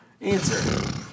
Answer